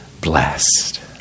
blessed